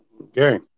Okay